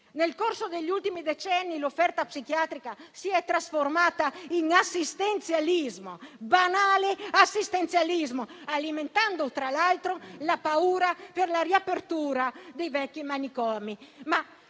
Nel corso degli ultimi decenni l'offerta psichiatrica si è trasformata in banale assistenzialismo, alimentando tra l'altro la paura per la riapertura dei vecchi manicomi.